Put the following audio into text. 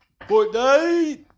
Fortnite